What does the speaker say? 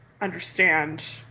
understand